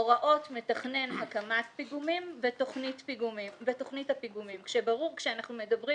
הוראות מתכנן הקמת פיגומים ותוכנית הפיגומים" כשברור שכשאנחנו מדברים